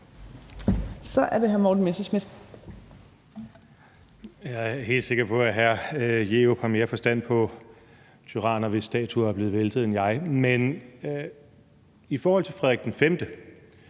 Kl. 18:49 Morten Messerschmidt (DF): Jeg er helt sikker på, at hr. Bruno Jerup har mere forstand på tyranner, hvis statuer er blevet væltet, end jeg. Men i forhold til Frederik V